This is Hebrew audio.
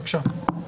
בבקשה.